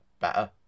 better